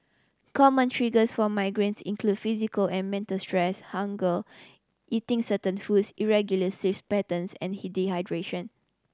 common triggers for migraines include physical and mental stress hunger eating certain foods irregular saves patterns and